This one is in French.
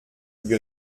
lui